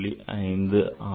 5 ஆகும்